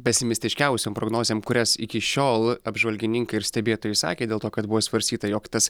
pesimistiškiausiom prognozėm kurias iki šiol apžvalgininkai ir stebėtojai išsakė dėl to kad buvo svarstyta jog tas